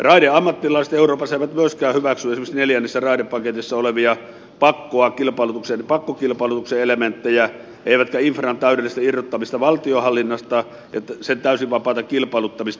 raideammattilaiset euroopassa eivät myöskään hyväksy esimerkiksi neljännessä raidepaketissa olevia pakkokilpailutuksen elementtejä eivätkä infran täydellistä irrottamista valtion hallinnasta ja sen täysin vapaata kilpailuttamista